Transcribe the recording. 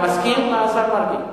אתה מסכים, השר מרגי?